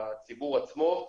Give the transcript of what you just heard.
הציבור עצמו,